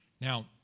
Now